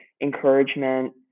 encouragement